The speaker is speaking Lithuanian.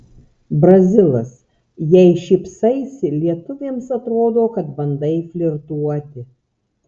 brazilas jei šypsaisi lietuvėms atrodo kad bandai flirtuoti